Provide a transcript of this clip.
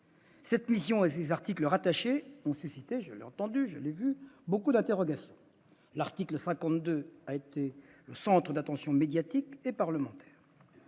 Cette mission et ses articles rattachés ont suscité, je l'ai entendu, de nombreuses interrogations, l'article 52 ayant été au centre de l'attention médiatique et parlementaire.